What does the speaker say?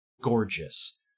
gorgeous